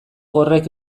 horrek